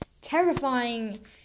terrifying